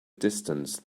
distance